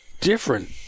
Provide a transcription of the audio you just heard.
different